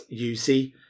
uc